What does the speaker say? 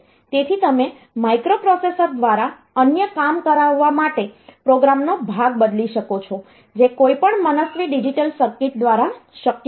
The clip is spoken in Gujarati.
તેથી તમે માઇક્રોપ્રોસેસર દ્વારા અન્ય કામ કરાવવા માટે પ્રોગ્રામનો ભાગ બદલી શકો છો જે કોઈપણ મનસ્વી ડિજિટલ સર્કિટ દ્વારા શક્ય નથી